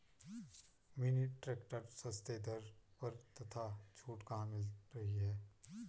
Mini tractor सस्ते दर पर तथा छूट कहाँ मिल रही है?